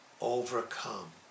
overcome